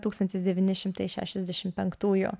tūkstantis devyni šimtai šešiasdešim penktųjų